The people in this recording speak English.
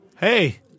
Hey